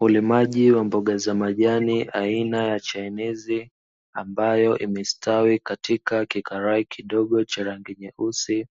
Ulimaji wa mboga za majani aina ya chainizi ambayo imestawi katika kikarai kidogo cha rangi nyeusi,